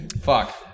Fuck